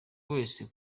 wese